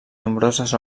nombroses